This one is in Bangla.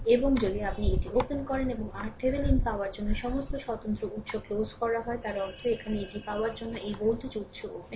এবং যদি আপনি এটি ওপেন করেন এবং RThevenin পাওয়ার জন্য সমস্ত স্বতন্ত্র উত্স ক্লোজ করা হয় তার অর্থ এখানে এটি পাওয়ার জন্য এই ভোল্টেজ উৎস ওপেন